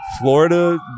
Florida